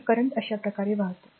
तर करंट अशा प्रकारे वाहतो